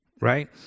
Right